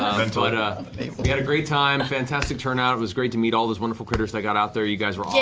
but we had a great time. fantastic turnout. it was great to meet all those wonderful critters that got out there, you guys were